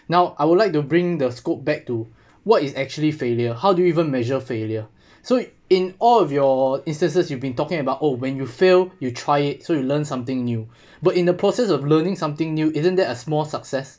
now I would like to bring the scope back to what is actually failure how do you even measure failure so in all of your instances you been talking about oh when you fail you try it so you learn something new but in the process of learning something new isn't that a small success